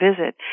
visit